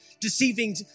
deceiving